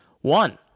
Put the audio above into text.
One